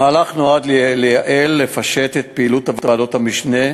המהלך נועד לייעל ולפשט את פעילות ועדות המשנה,